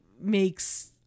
makes